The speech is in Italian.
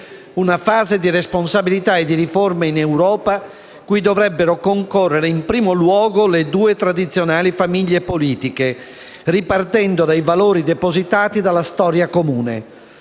una fase di responsabilità e di riforme in Europa, cui dovrebbero concorrere in primo luogo le due tradizionali famiglie politiche, ripartendo dai valori depositati dalla storia comune;